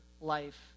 life